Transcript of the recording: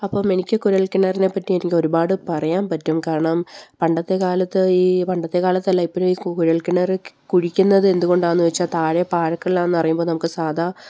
അപ്പം എനിക്ക് കുഴൽക്കിണറിനെപ്പറ്റി എനിക്ക് ഒരുപാട് പറയാൻ പറ്റും കാരണം പണ്ടത്തെക്കാലത്ത് ഈ പണ്ടത്തെക്കാലത്തല്ല ഇപ്പോഴും ഈ കുഴൽക്കിണര് കുഴിക്കുന്നത് എന്തുകൊണ്ടാണെന്ന് വെച്ചാല് താഴെ പാറക്കല്ലാണെന്ന് അറിയുമ്പോള് നമുക്ക് സാധാ